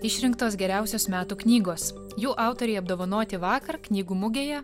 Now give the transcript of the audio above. išrinktos geriausios metų knygos jų autoriai apdovanoti vakar knygų mugėje